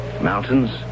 Mountains